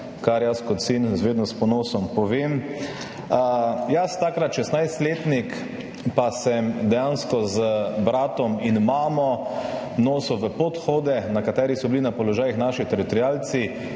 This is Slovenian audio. kar jaz kot sin vedno s ponosom povem. Jaz, takrat šestnajstletnik, pa sem dejansko z bratom in mamo nosil v podhode, na katerih so bili na položajih naši teritorialci,